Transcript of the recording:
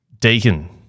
Deacon